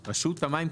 הממונה?